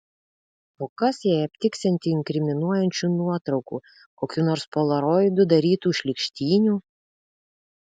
o kas jei aptiksianti inkriminuojančių nuotraukų kokių nors polaroidu darytų šlykštynių